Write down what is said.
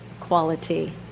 quality